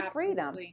freedom